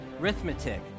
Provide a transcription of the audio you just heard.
Arithmetic